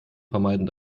vermeiden